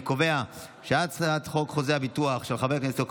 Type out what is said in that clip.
אני קובע כי הצעת החוק חוזה הביטוח של חבר הכנסת יעקב